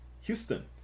Houston